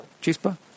Chispa